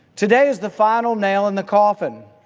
today is the final nail in the coffin.